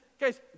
guys